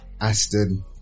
Aston